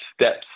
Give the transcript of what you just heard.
steps